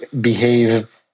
behave